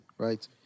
Right